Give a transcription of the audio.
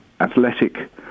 athletic